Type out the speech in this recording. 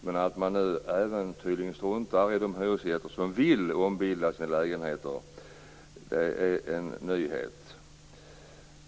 Men att man nu struntar i de hyresgäster som vill ombilda sina lägenheter är en nyhet.